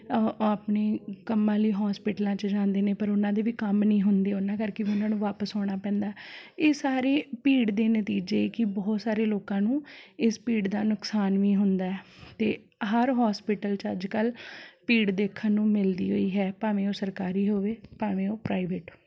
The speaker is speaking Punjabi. ਉਹ ਉਹ ਆਪਣੇ ਕੰਮਾਂ ਲਈ ਹੋਸਪਿਟਲਾਂ 'ਚ ਜਾਂਦੇ ਨੇ ਪਰ ਉਹਨਾਂ ਦੇ ਵੀ ਕੰਮ ਨਹੀਂ ਹੁੰਦੇ ਉਹਨਾਂ ਕਰਕੇ ਉਹਨਾਂ ਨੂੰ ਵਾਪਸ ਆਉਣਾ ਪੈਂਦਾ ਇਹ ਸਾਰੇ ਭੀੜ ਦੇ ਨਤੀਜੇ ਕਿ ਬਹੁਤ ਸਾਰੇ ਲੋਕਾਂ ਨੂੰ ਇਸ ਭੀੜ ਦਾ ਨੁਕਸਾਨ ਵੀ ਹੁੰਦਾ ਹੈ ਅਤੇ ਹਰ ਹੋਸਪਿਟਲ 'ਚ ਅੱਜ ਕੱਲ੍ਹ ਭੀੜ ਦੇਖਣ ਨੂੰ ਮਿਲਦੀ ਹੋਈ ਹੈ ਭਾਵੇਂ ਉਹ ਸਰਕਾਰੀ ਹੋਵੇ ਭਾਵੇਂ ਉਹ ਪ੍ਰਾਈਵੇਟ